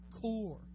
core